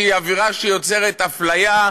שהיא אווירה שיוצרת אפליה,